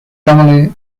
commonly